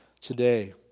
today